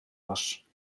was